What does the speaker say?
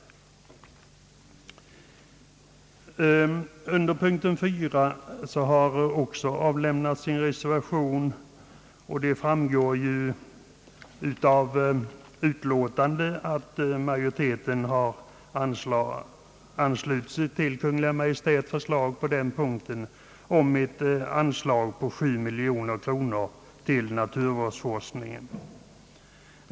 Under punkten 4 har avlämnats en reservation. Det framgår av utlåtandet att utskottsmajoriteten har anslutit sig till Kungl. Maj:ts förslag även på denna punkt om ett anslag på sju miljoner kronor till naturvårdsforskningen.